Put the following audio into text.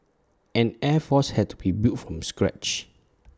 an air force had to be built from scratch